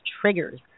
triggers